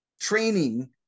training